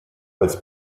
als